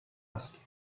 است